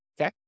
Okay